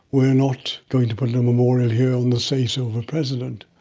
we're not going to put in a memorial here on the say-so of a president.